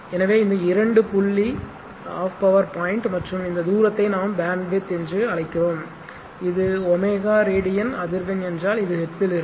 எனவே இந்த இரண்டு புள்ளி 12 பவர் பாயிண்ட் மற்றும் இந்த தூரத்தை நாம் பேண்ட்வித் பேண்ட்வித் என்று அழைக்கிறோம் இது ω ரேடியன் அதிர்வெண் என்றால் அது ஹெர்ட்ஸில் இருக்கும்